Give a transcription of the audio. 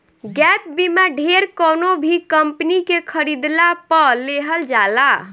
gap बीमा ढेर कवनो भी कंपनी के खरीदला पअ लेहल जाला